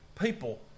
people